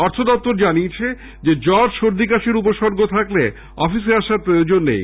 অর্থ দফতর জানিয়েছে জ্বর সর্দি কাশীর উপসর্গ থাকলে অফিসে আসা প্রয়োজন নেই